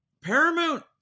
Paramount